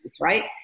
right